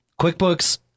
QuickBooks